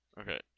Okay